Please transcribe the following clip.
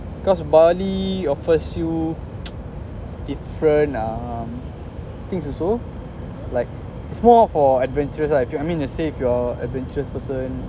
because bali offers you different um things also like it's more for adventurous lah if you want me to say you're an adventurous person